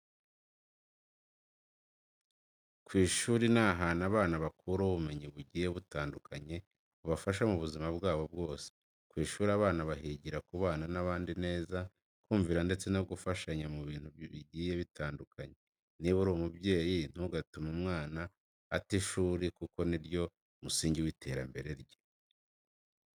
Ku ishuri ni ahantu abana bakura ubumenyi bugiye butandukanye bubafasha mu buzima bwabo bwose. Ku ishuri abana bahigira kubana n'abandi neza, kumvira ndetse no gufashanya mu bintu bigiye bitandukanye. Niba uri umubyeyi ntugatume umwana ata ishuri kuko ni ryo musingi w'iterambere rye.